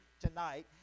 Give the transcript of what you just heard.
tonight